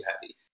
heavy